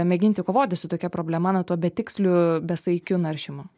mėginti kovoti su tokia problema na tuo betiksliu besaikiu naršymu